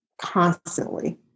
constantly